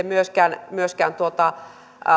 myöskään myöskään